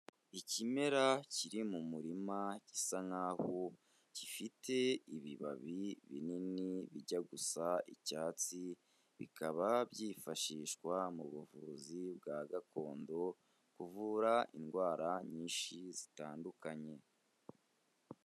Ikimera kiri mu murima gisa nk'aho gifite ibibabi binini bijya gusa icyatsi, bikaba byifashishwa mu buvuzi bwa gakondo, kuvura indwara nyinshi zitandukanye.